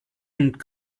und